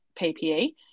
PPE